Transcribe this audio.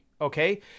Okay